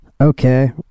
okay